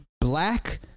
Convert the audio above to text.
black